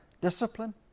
discipline